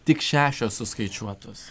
tik šešios suskaičiuotos